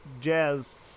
jazz